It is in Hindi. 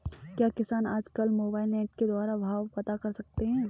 क्या किसान आज कल मोबाइल नेट के द्वारा भाव पता कर सकते हैं?